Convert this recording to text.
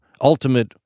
ultimate